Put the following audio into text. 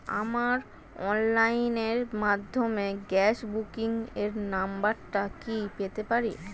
আমার অনলাইনের মাধ্যমে গ্যাস বুকিং এর নাম্বারটা কি পেতে পারি?